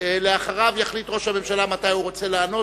אחריו יחליט ראש הממשלה מתי הוא רוצה לענות.